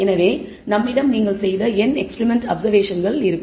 எனவே நம்மிடம் நீங்கள் செய்த n எக்ஸ்பிரிமெண்ட் அப்சர்வேஷன்கள் உள்ளன